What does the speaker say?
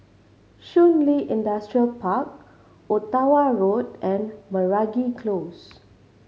Shun Li Industrial Park Ottawa Road and Meragi Close